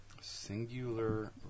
Singular